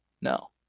No